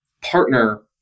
partner